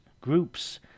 groups